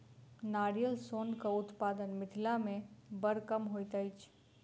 नारियल सोनक उत्पादन मिथिला मे बड़ कम होइत अछि